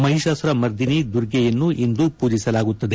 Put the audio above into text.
ಮಹಿಶಾಸುರ ಮರ್ದಿನಿ ದುರ್ಗೆಯನ್ನು ಇಂದು ಪೂಜಿಸಲಾಗುತ್ತದೆ